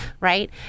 right